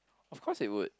of course you would